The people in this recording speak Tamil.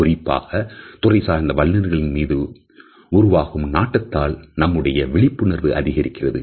குறிப்பாக துறை சார்ந்த வல்லுனர்களின் மீது உருவாகும் நாட்டத்தால் நம்முடைய விழிப்புணர்வு அதிகரிக்கிறது